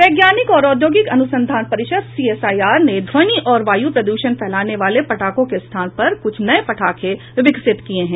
वैज्ञानिक और औद्योगिक अनुसंधान परिषद सीएसआईआर ने ध्वनि और वायु प्रदूषण फैलाने वाले पटाखों के स्थान पर कुछ नए पटाखें विकसित किए हैं